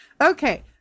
Okay